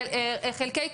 חלקי,